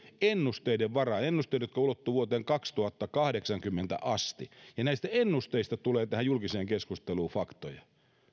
ennusteiden varaan ennusteiden jotka ulottuvat vuoteen kaksituhattakahdeksankymmentä asti ja näistä ennusteista tulee tähän julkiseen keskusteluun faktoja